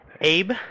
Abe